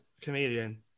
comedian